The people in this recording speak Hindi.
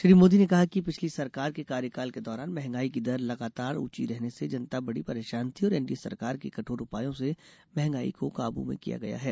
श्री मोदी ने कहा कि पिछली सरकार के कार्यकाल के दौरान महंगाई की दर लगातार ऊंची रहने से जनता बड़ी परेशान थी और एनडीए सरकार के कठोर उपायों से महंगाई को काबू में किया गया है